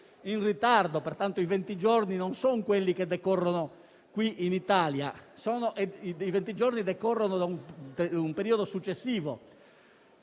in ritardo. Pertanto, i venti giorni non son quelli che decorrono qui in Italia, ma essi decorrono da un periodo successivo.